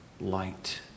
light